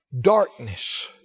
darkness